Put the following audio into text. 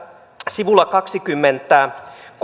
sivulla kaksikymmentäkolme